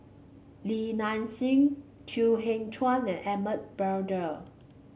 Li Nanxing Chew Kheng Chuan and Edmund Blundell